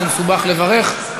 אז זה מסובך לברך,